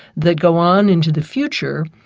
that go on into the future.